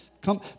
come